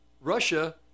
Russia